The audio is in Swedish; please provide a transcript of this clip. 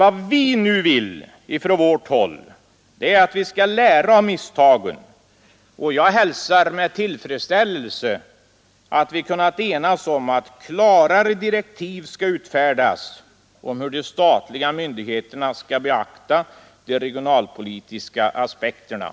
Men vi vill nu från vårt håll att man skall lära av misstagen, 15 december 1972 och jag hälsar därför med tillfredsställelse att vi kunnat enas om att sees ——— klarare direktiv skall utfärdas om hur de statliga myndigheterna skall Regional utveck 4 a Så SETS beakta de regionalpolitiska aspekterna.